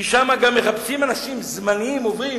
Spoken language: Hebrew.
כי שם מחפשים אנשים זמניים, עוברים,